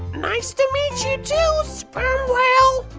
nice to meet you too, sperm whale!